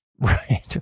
right